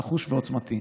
נחוש ועוצמתי.